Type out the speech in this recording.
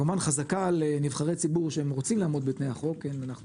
כלומר חזקה על נבחרי ציבור שהם רוצים לעמוד בתנאי החוק ואנחנו